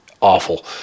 awful